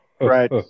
Right